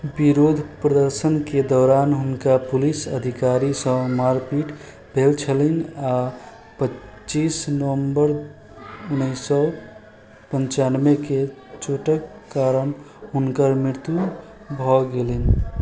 विरोध प्रदर्शनके दौरान हुनका पुलिस अधिकारीसँ मारिपीट भेल छलनि आ पच्चीस नवंबर उनैस सए पंचानबे के चोटक कारण हुनकर मृत्यु भए गेलनि